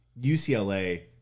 UCLA –